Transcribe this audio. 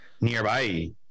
nearby